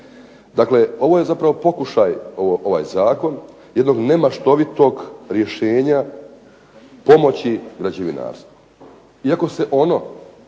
Dakle, ovo je zapravo pokušaj ovaj zakon jednog nemaštovitog rješenja pomoći građevinarstvu. Iako se ono